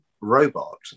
robot